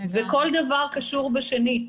וכל דבר קשור בשני.